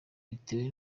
bitewe